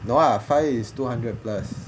no lah five is two hundred plus